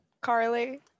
Carly